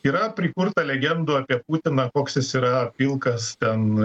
yra prikurta legendų apie putiną koks jis yra pilkas ten